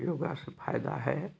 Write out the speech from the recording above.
योगा से फायदा है